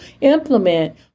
implement